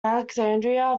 alexandria